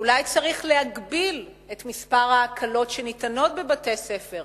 אולי צריך להגביל את מספר ההקלות שניתנות בבתי-ספר.